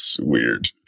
weird